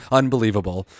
unbelievable